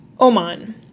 Oman